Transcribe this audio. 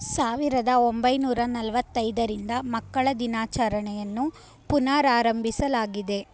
ಸಾವಿರದ ಒಂಬೈನೂರ ನಲವತ್ತೈದರಿಂದ ಮಕ್ಕಳ ದಿನಾಚರಣೆಯನ್ನು ಪುನರಾರಂಭಿಸಲಾಗಿದೆ